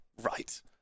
right